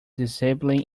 disabling